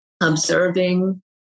observing